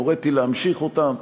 הוריתי להמשיך אותם,